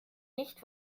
nicht